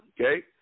Okay